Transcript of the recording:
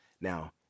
now